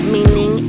Meaning